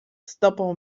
stopą